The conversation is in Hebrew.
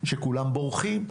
שכולם בורחים,